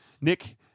Nick